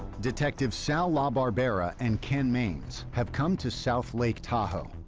detectives sal labarbera and ken mains have come to south lake tahoe,